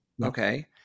Okay